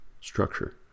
structure